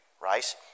right